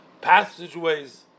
passageways